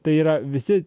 tai yra visi